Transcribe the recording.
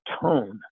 tone